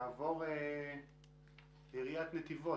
נציגת עיריית נתיבות